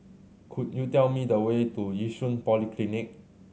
could you tell me the way to Yishun Polyclinic